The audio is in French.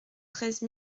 treize